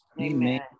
amen